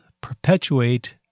perpetuate